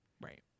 Right